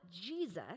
Jesus